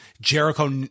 Jericho